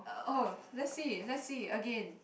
uh oh let's see let's see again